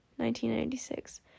1996